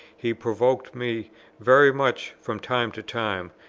he provoked me very much from time to time,